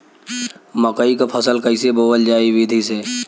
मकई क फसल कईसे बोवल जाई विधि से?